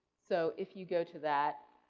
so if you go to that,